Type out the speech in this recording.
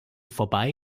vorbei